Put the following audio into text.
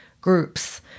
groups